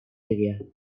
area